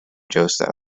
joseph